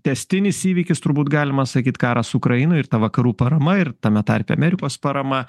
tęstinis įvykis turbūt galima sakyt karas ukrainoj ir ta vakarų parama ir tame tarpe amerikos parama